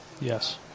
Yes